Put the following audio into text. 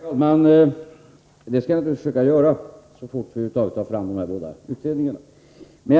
Herr talman! Det skall jag naturligtvis försöka göra, så fort vi över huvud taget får fram de båda utredningarna.